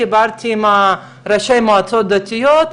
דיברתי עם ראשי מועצות דתיות,